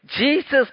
Jesus